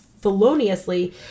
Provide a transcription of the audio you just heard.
feloniously